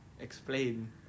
Explain